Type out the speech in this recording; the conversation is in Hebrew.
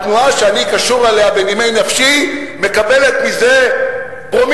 התנועה שאני קשור אליה בנימי נפשי מקבלת מזה פרומילים.